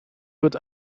wird